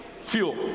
fuel